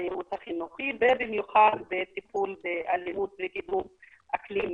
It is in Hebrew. הייעוץ החינוכי ובמיוחד בטיפול באלימות וקידום אקלים מיטבי.